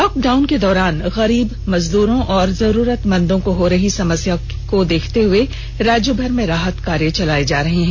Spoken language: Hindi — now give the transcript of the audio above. लॉकडाउन के दौरान गरीब मजदूरों और जरूरतमंदों को हो रही समस्या के देखते हुए राज्यभर में राहत कार्य चलाया जा रहा है